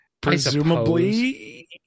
presumably